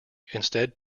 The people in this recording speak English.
instead